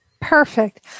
Perfect